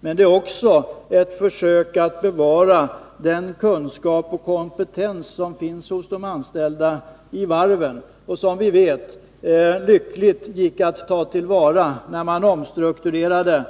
Men det är också fråga om ett försök att bevara den kunskap och kompetens som finns hos de anställda vid varven — och som det gick att ta till vara när man omstrukturerade